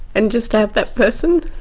and just to have that person,